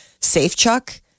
Safechuck